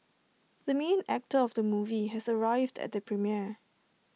the main actor of the movie has arrived at the premiere